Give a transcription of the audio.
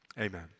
amen